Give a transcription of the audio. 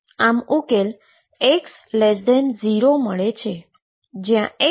આમ ઉકેલ x0 મળે છે જ્યાં x0 છે